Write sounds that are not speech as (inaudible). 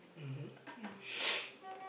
mmhmm (noise)